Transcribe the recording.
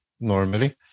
normally